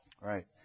Right